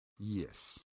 Yes